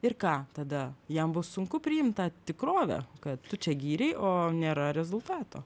ir ką tada jam bus sunku priimt tą tikrovę kad tu čia gyrei o nėra rezultato